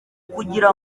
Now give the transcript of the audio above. kugira